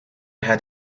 had